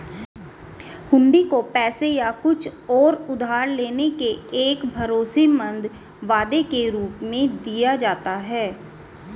हुंडी को पैसे या कुछ और उधार लेने के एक भरोसेमंद वादे के रूप में दिया जाता है